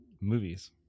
movies